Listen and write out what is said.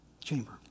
chamber